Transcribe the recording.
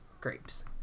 grapes